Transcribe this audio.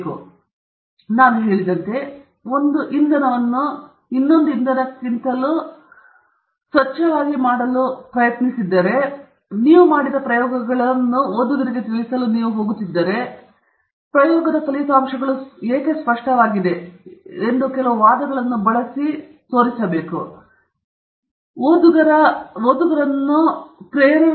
ಉದಾಹರಣೆಗೆ ನಾನು ಹೇಳಿದಂತೆ ನೀವು ಒಂದು ಇಂಧನವನ್ನು ಇಂಧನಕ್ಕಿಂತಲೂ ಸ್ವಚ್ಛವಾಗಿ ಹೇಳಲು ಪ್ರಯತ್ನಿಸುತ್ತಿದ್ದರೆ ನೀವು ಮಾಡಿದ್ದ ಪ್ರಯೋಗಗಳ ಓದುಗರಿಗೆ ತಿಳಿಸಲು ನೀವು ಹೋಗುತ್ತಿದ್ದರೆ ನಂತರ ಪ್ರಯೋಗದ ಫಲಿತಾಂಶಗಳು ಸ್ಪಷ್ಟವಾಗಿ ಏಕೆ ಎಂದು ಕೆಲವು ವಾದಗಳನ್ನು ಬಳಸಿ ಒಂದು ಇಂಧನವು ಇತರ ಇಂಧನಕ್ಕಿಂತಲೂ ಸ್ವಚ್ಛವಾಗಿದೆ ಎಂದು ತೋರಿಸಿ